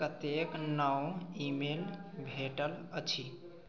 कतेक नव ईमेल भेटल अछि